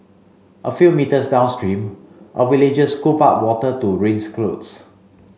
a few metres downstream a villager scooped up water to rinse clothes